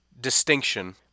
distinction